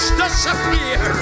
disappear